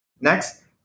Next